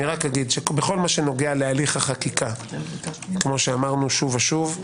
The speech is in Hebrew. בכל הנוגע להליך החקיקה כפי שאמרנו שוב ושוב,